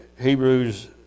Hebrews